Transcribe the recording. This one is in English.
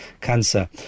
cancer